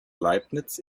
leibniz